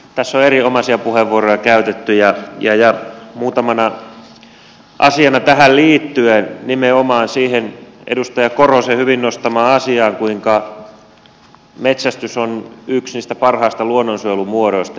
tässä on erinomaisia puheenvuoroja käytetty ja muutama asia tähän liittyen nimenomaan siihen edustaja korhosen hyvin nostamaan asiaan kuinka metsästys on yksi niistä parhaista luonnonsuojelumuodoista